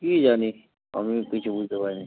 কী জানি আমিও কিছু বুঝতে পারি নি